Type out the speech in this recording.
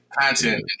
content